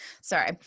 sorry